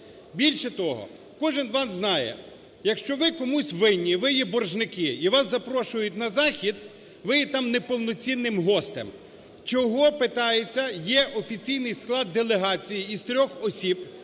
Більше того, кожен з вас знає, якщо ви комусь винні і ви є боржники, і вас запрошують на захід, ви є там неповноцінним гостем. Чого, питається, є офіційний склад делегації із трьох осіб,